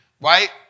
right